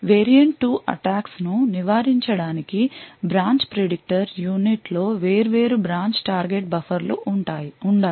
variant 2 attacks ను నివారించడానికి branch predictor యూనిట్లో వేర్వేరు బ్రాంచ్ టార్గెట్ బఫర్లు ఉండాలి